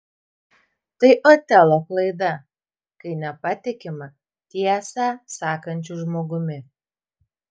tai otelo klaida kai nepatikima tiesą sakančiu žmogumi